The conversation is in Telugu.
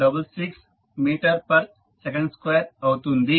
8066 మీటర్ పర్ సెకండ్ స్క్వేర్ అవుతుంది